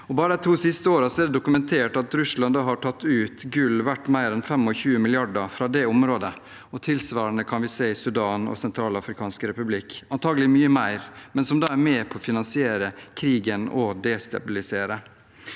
bare de to siste årene er det dokumentert at Russland har tatt ut gull verdt mer enn 25 mrd. kr fra det området. Tilsvarende kan vi se i Sudan og i Den sentralafrikanske republikk – og antakelig mye mer – og som da er med på å finansiere krigen og destabilisere.